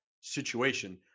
situation